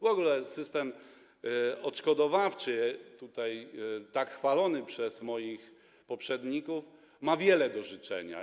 W ogóle system odszkodowawczy tutaj tak chwalony przez moich poprzedników pozostawia wiele do życzenia.